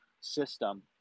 system